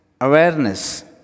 Awareness